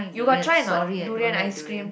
you got try or not durian ice cream